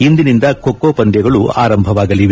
ಇಂದಿನಿಂದ ಖೋಚೋ ಪಂದ್ಯಗಳು ಆರಂಭವಾಗಲಿದೆ